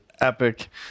epic